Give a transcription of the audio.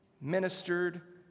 ministered